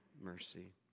mercy